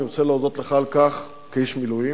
אני רוצה להודות לך על כך, כאיש מילואים.